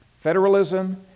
federalism